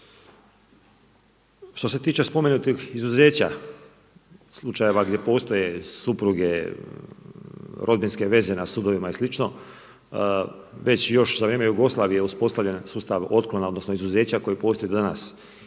Što se tiče spomenutih izuzeća, slučajeva gdje postoje supruge, rodbinske veze na sudovima i slično već još i za vrijeme Jugoslavije je uspostavljen sustav otklona, odnosno izuzeća koji postoji do danas.